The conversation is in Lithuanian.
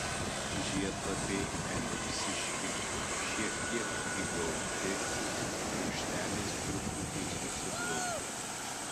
žiedlapiai elipsiški šiek tiek įgaubti krašteliais truputį susiglaudę